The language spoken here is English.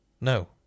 No